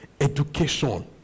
education